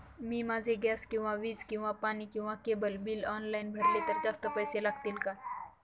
मी माझे गॅस किंवा वीज किंवा पाणी किंवा केबल बिल ऑनलाईन भरले तर जास्त पैसे लागतील का?